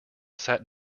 sat